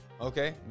Okay